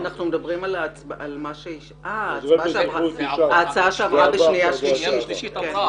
אה, ההצעה שעברה בשנייה ושלישית.